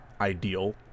ideal